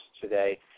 today